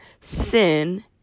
sin